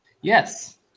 Yes